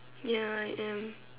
ya I am